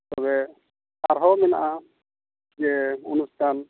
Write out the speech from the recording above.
ᱛᱚᱵᱮ ᱟᱨᱦᱚᱸ ᱢᱮᱱᱟᱜᱼᱟ ᱡᱮ ᱚᱱᱩᱥᱴᱷᱟᱱ